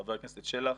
חבר הכנסת שלח,